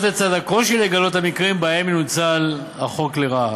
לצד הקושי לגלות את המקרים שבהם ינוצל החוק לרעה.